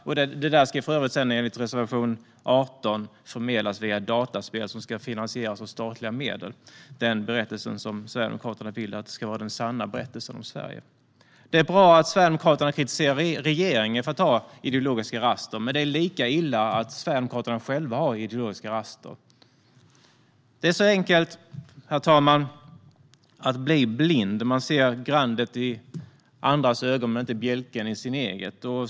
Den berättelse som Sverigedemokraterna vill ska vara den sanna berättelsen om Sverige ska för övrigt enligt reservation 18 förmedlas via dataspel som ska finansieras av statliga medel. Det är bra att Sverigedemokraterna kritiserar regeringen för att ha ideologiska raster. Men det är lika illa att Sverigedemokraterna själva har ideologiska raster. Det är så enkelt, herr talman, att bli blind. Man ser grandet i andras ögon men inte bjälken i sitt eget.